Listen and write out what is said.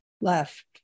left